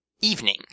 evening